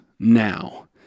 now